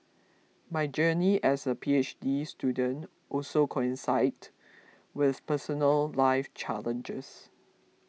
my journey as a P H D student also coincided with personal life challenges